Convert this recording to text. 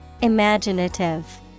Imaginative